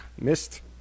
missed